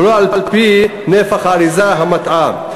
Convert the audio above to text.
ולא על-פי נפח האריזה המטעה.